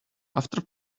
after